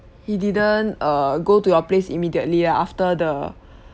he didn't err go to your place immediately ah after the